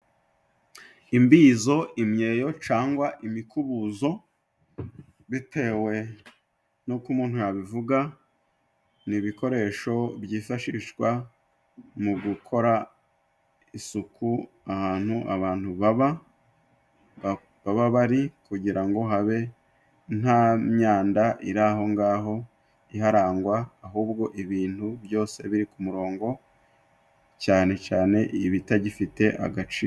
Imbizo, imyeyo cangwa imikubuzo bitewe n'uko umuntu yabivuga, ni ibikoresho byifashishwa mu gukora isuku ahantu abantu baba baba bari kugira ngo habe nta myanda iri aho ngaho iharangwa ,ahubwo ibintu byose biri ku murongo cyane cane ibitagifite agaciro.